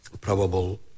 probable